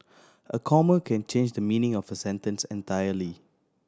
a comma can change the meaning of a sentence entirely